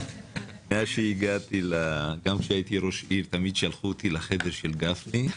מאז שהגעתי לכנסת וגם כשהייתי ראש עירייה תמיד שלחו אותי לחדר של גפני.